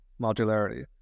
modularity